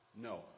No